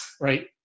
right